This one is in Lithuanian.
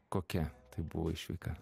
kokia tai buvo išvyka